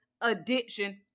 addiction